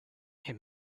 him